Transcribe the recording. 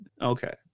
Okay